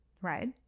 right